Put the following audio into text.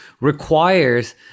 requires